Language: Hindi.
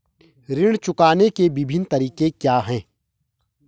ऋण चुकाने के विभिन्न तरीके क्या हैं?